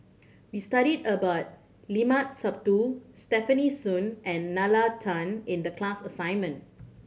we study about Limat Sabtu Stefanie Sun and Nalla Tan in the class assignment